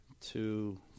two